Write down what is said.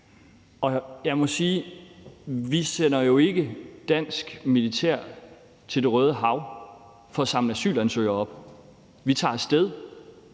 jeg heller ikke. Vi sender jo ikke dansk militær til Det Røde Hav for at samle asylansøgere op. Vi tager af sted